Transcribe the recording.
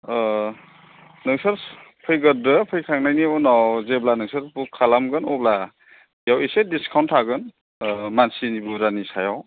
नोंसोर फैगोरदो फैखांनायनि उनाव जेब्ला नोंसोर बुक खालामगोन अब्ला बेयाव एसे डिसकाउन्ट थागोन मानसिनि बुरजानि सायाव